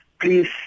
please